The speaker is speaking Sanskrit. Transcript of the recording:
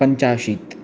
पञ्चाशत्